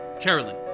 Carolyn